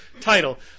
title